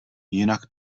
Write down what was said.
jinak